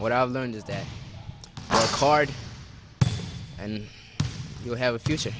what i've learned is that hard and you have a future